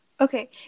Okay